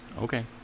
okay